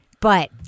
but-